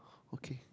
okay